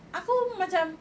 aku macam